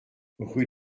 rue